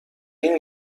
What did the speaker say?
این